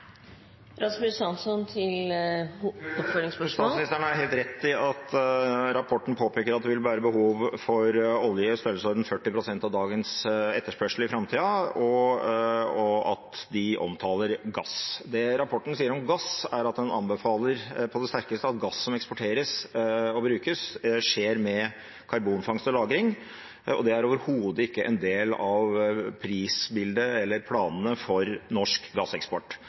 har helt rett i at rapporten påpeker at det vil være behov for olje, i størrelsesorden 40 pst. av dagens etterspørsel, i framtida, og at den omtaler gass. Det rapporten sier om gass, er at den anbefaler på det sterkeste at eksport og bruk av gass skjer med karbonfangst og -lagring, og det er overhodet ikke en del av prisbildet eller planene for norsk gasseksport.